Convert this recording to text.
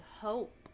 hope